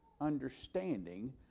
understanding